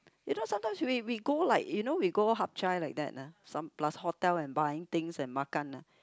you know sometimes we we go like you know we go Hap-Chai like that ah some plus hotel and buying things and makan ah